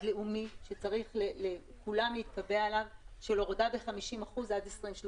לאומי שכולם צריכים להתקבע עליו של הורדה ב-50% עד 2030,